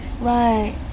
Right